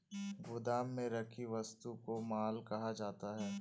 गोदाम में रखी वस्तु को माल कहा जाता है